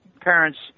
parents